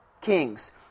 kings